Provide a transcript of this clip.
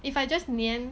if I just 粘